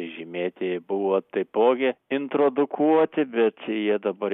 žymėtieji buvo taipogi introdukuoti bet jie dabar